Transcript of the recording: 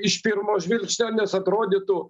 iš pirmo žvilgsnio nes atrodytų